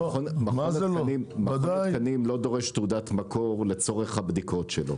מכון התקנים לא דורש תעודת מקור לצורך הבדיקות שלו.